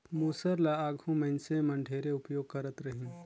मूसर ल आघु मइनसे मन ढेरे उपियोग करत रहिन